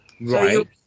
right